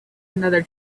another